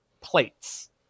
plates